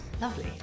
Lovely